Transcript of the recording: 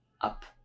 up